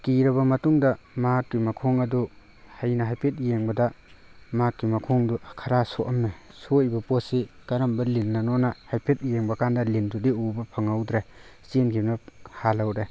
ꯀꯤꯔꯕ ꯃꯇꯨꯡꯗ ꯃꯍꯥꯛꯀꯤ ꯃꯈꯣꯡ ꯑꯗꯨ ꯑꯩꯅ ꯍꯥꯏꯐꯦꯠ ꯌꯦꯡꯕꯗ ꯃꯍꯥꯛꯀꯤ ꯃꯈꯣꯡꯗꯨ ꯈꯔ ꯁꯣꯛꯑꯝꯃꯦ ꯁꯣꯀꯏꯕ ꯄꯣꯠꯁꯤ ꯀꯔꯝꯕ ꯂꯤꯟꯅꯅꯣꯅ ꯍꯥꯏꯐꯦꯠ ꯌꯦꯡꯕ ꯀꯥꯟꯗ ꯂꯤꯟꯗꯨꯗꯤ ꯎꯕ ꯐꯪꯍꯧꯗ꯭ꯔꯦ ꯆꯦꯟꯈꯤꯕꯅ ꯍꯥꯟꯍꯧꯔꯦ